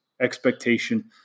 expectation